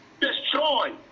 destroy